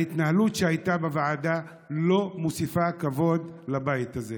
ההתנהלות שהייתה בוועדה לא מוסיפה כבוד לבית הזה.